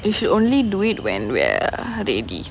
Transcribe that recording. you should only do it when we're ready